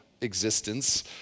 existence